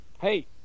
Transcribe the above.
Hey